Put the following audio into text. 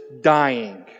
dying